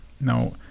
Now